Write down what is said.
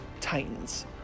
Titans